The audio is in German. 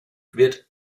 wird